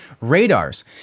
radars